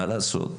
מה לעשות,